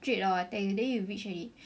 hor I tell you you reach already